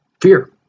fear